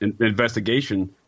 investigation